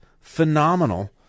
phenomenal